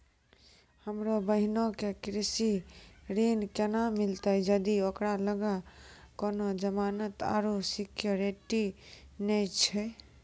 हमरो बहिनो के कृषि ऋण केना मिलतै जदि ओकरा लगां कोनो जमानत आरु सिक्योरिटी नै छै?